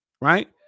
right